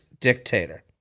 Dictator